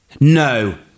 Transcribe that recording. No